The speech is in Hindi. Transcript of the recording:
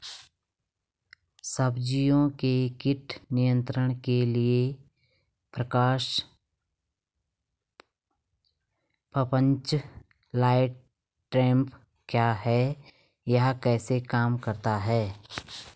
सब्जियों के कीट नियंत्रण के लिए प्रकाश प्रपंच लाइट ट्रैप क्या है यह कैसे काम करता है?